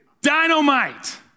Dynamite